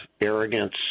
arrogance